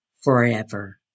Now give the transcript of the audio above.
forever